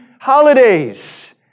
holidays